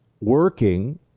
working